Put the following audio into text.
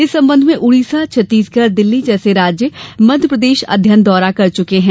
इस संबंध में उड़ीसा छत्तीसगढ़ दिल्ली जैसे राज्य मध्यप्रदेश का अध्ययन दौरा कर चुके हैं